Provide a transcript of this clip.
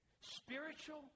Spiritual